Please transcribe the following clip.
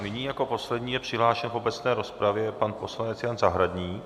Nyní jako poslední je přihlášen v obecné rozpravě pan poslanec Jan Zahradník.